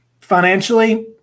financially